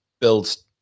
builds